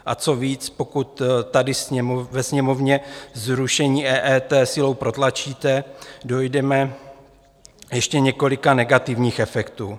A co víc, pokud tady ve Sněmovně zrušení EET silou protlačíte, dojdeme ještě několika negativních efektů.